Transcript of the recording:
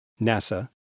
NASA